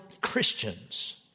Christians